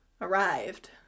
arrived